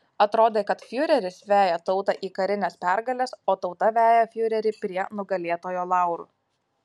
atrodė kad fiureris veja tautą į karines pergales o tauta veja fiurerį prie nugalėtojo laurų